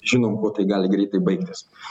žinom kuo tai gali greitai baigtis